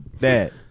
Dad